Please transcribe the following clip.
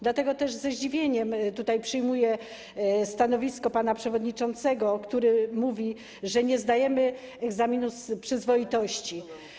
Dlatego ze zdziwieniem przyjmuję stanowisko pana przewodniczącego, który mówi, że nie zdajemy egzaminu z przyzwoitości.